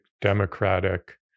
democratic